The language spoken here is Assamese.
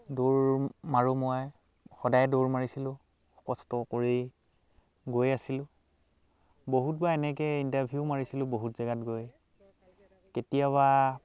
দৌৰ মাৰোঁ মই সদায় দৌৰ মাৰিছিলোঁ কষ্ট কৰি গৈ আছিলোঁ বহুত বাৰ এনেকৈ ইণ্টাৰভিউ মাৰিছিলোঁ বহুত জেগাত গৈ কেতিয়াবা